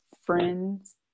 friends